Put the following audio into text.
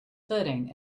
footing